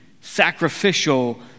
sacrificial